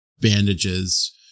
bandages